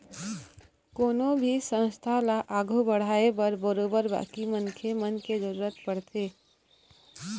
कोनो भी संस्था ल आघू बढ़ाय बर बरोबर बाकी मनखे मन के जरुरत पड़थे